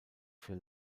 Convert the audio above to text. für